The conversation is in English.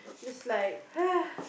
is like